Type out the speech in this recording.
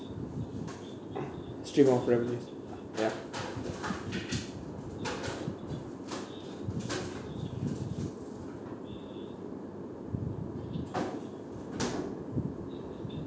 straight from family ya